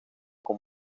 con